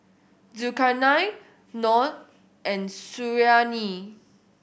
Zulkarnain Noh and Suriani